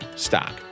Stock